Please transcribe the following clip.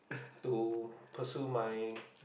to pursue my